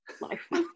life